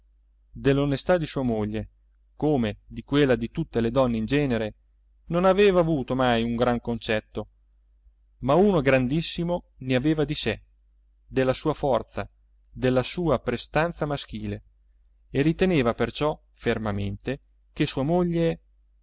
dell'onestà di sua moglie come di quella di tutte le donne in genere non aveva avuto mai un gran concetto ma uno grandissimo ne aveva di sé della sua forza della sua prestanza maschile e riteneva perciò fermamente che sua moglie